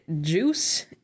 Juice